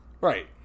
Right